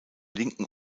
linken